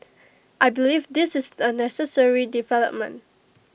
I believe this is A necessary development